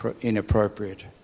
inappropriate